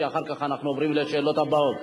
כי אחר כך אנחנו עוברים לשאלות הבאות.